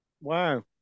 wow